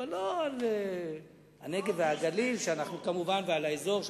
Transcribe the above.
אבל לא על הנגב והגליל ועל האזור,